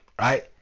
right